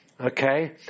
Okay